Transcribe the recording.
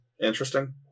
interesting